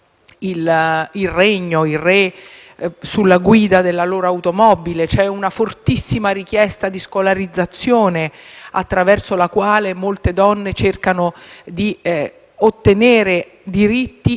il re mettendosi alla guida della loro automobile; c'è una fortissima richiesta di scolarizzazione, attraverso la quale molte donne cercano di ottenere diritti